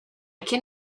can